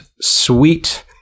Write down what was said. sweet